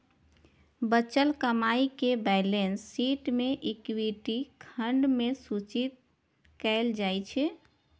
बचल कमाइ कें बैलेंस शीट मे इक्विटी खंड मे सूचित कैल जाइ छै